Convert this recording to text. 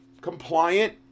compliant